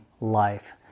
life